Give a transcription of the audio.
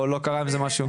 או לא קרה עם זה משהו.